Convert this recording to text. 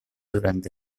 durante